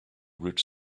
rich